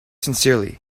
sincerely